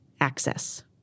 access